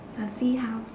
I'll see how